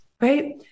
right